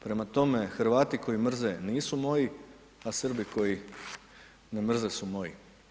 Prema tome, Hrvati koji mrze nisu moji a Srbi koji ne mrze su moji.